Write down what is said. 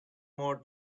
more